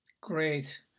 Great